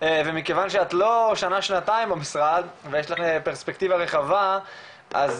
ומכיוון שאת לא שנה שנתיים במשרד ויש לך פרספקטיבה רחבה אז